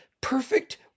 perfect